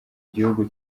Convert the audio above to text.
gihugu